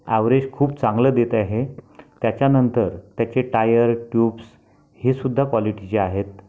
average खूप चांगलं देत आहे त्याच्यानंतर त्याचे टायर ट्यूब्स हे सुद्धा क्वालिटीचे आहेत